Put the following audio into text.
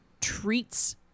treats